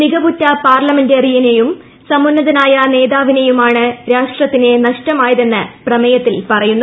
മികവുറ്റ പാർലമെന്ററിയനെയും സമുന്നത നായ നേതാവിനെയുമാണ് രാഷ്ട്രത്തിന് നഷ്ടമായതെന്ന് പ്രമേയ ത്തിൽ പറയുന്നു